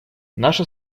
наша